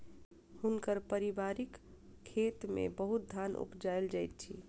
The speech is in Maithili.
हुनकर पारिवारिक खेत में बहुत धान उपजायल जाइत अछि